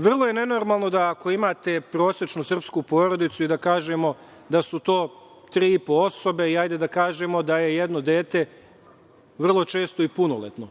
Vrlo je nenormalno da ako imate prosečnu srpsku porodicu i da kažemo da su to tri i po osobe, ajde da kažemo da je jedno dete, vrlo često i punoletno.